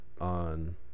on